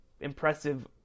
impressive